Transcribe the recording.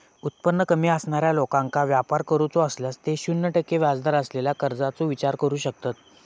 उत्पन्न कमी असणाऱ्या लोकांका व्यापार करूचो असल्यास ते शून्य टक्के व्याजदर असलेल्या कर्जाचो विचार करू शकतत